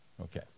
Okay